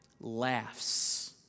laughs